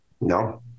No